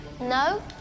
No